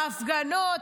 ההפגנות,